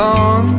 on